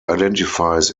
identifies